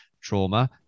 trauma